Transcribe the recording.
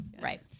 right